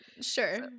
sure